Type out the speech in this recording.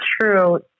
true